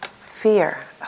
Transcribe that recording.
fear